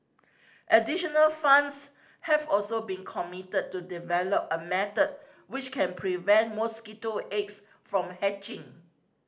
additional funds have also been committed to develop a method which can prevent mosquito eggs from hatching